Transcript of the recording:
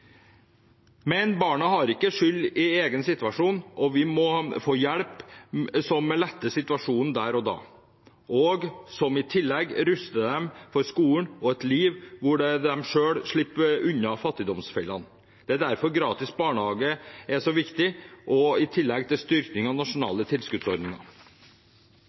Men barna har ikke skyld i egen situasjon, og vi må gi hjelp som letter situasjonen der og da, og som i tillegg ruster dem for skolen og et liv der de selv slipper unna fattigdomsfellene. Det er derfor gratis barnehage er så viktig, i tillegg til styrking av nasjonale tilskuddsordninger